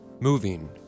moving